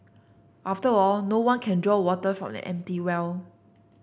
after all no one can draw water from an empty well